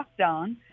lockdown